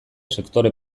sektore